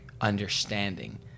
understanding